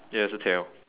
yes a tail